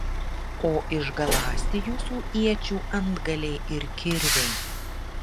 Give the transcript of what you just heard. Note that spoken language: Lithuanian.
o išgaląsti jūsų iečių antgaliai ir kirviai